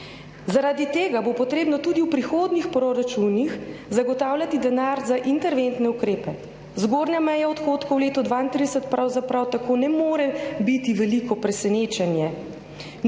Zaradi tega bo potrebno tudi v prihodnjih proračunih zagotavljati denar za interventne ukrepe. Zgornja meja odhodkov v letu 2023 pravzaprav tako ne more biti veliko presenečenje,